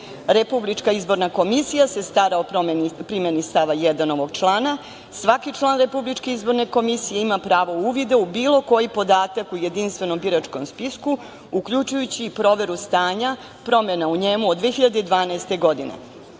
građana. Republička izborna komisija se stara o primeni stava 1. ovog člana, svaki član RIK, ima pravo uvida u bilo koji podatak u jedinstvenom biračkom spisku uključujući i proveru stanja, promena u njemu od 2012. godine,